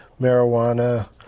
marijuana